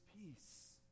peace